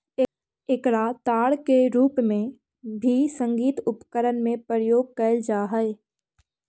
एकरा तार के रूप में भी संगीत उपकरण में प्रयोग कैल जा हई